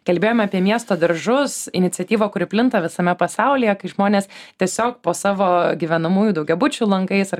kalbėjome apie miestą daržus iniciatyvą kuri plinta visame pasaulyje kai žmonės tiesiog po savo gyvenamųjų daugiabučių langais ar